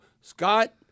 Scott